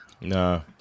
No